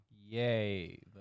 Yay